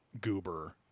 goober